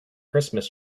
christmas